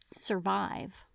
survive